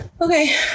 okay